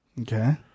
Okay